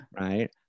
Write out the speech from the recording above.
right